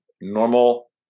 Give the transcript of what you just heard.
normal